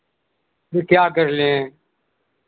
फिर क्या कर लें